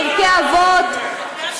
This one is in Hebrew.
פרקי אבות,